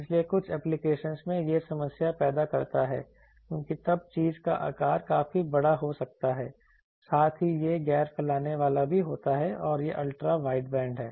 इसलिए कुछ एप्लीकेशनस में यह समस्या पैदा करता है क्योंकि तब चीज का आकार काफी बड़ा हो जाता है साथ ही यह गैर फैलाने वाला भी होता है यह अल्ट्रा वाइडबैंड है